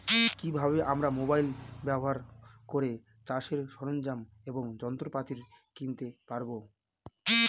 কি ভাবে আমরা মোবাইল ব্যাবহার করে চাষের সরঞ্জাম এবং যন্ত্রপাতি কিনতে পারবো?